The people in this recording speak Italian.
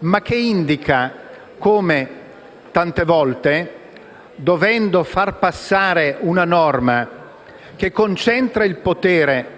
però indica come tante volte, dovendo far passare una norma che concentra il potere